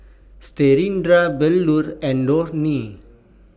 Satyendra Bellur and Dhoni